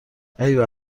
ایول